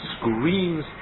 screams